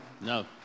No